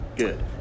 good